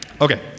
okay